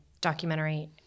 documentary